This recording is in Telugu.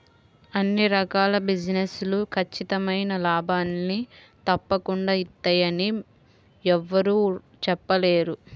అన్ని రకాల బిజినెస్ లు ఖచ్చితమైన లాభాల్ని తప్పకుండా ఇత్తయ్యని యెవ్వరూ చెప్పలేరు